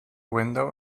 window